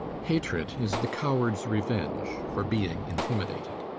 hatred is the coward's revenge for being intimidated.